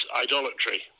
idolatry